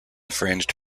fringed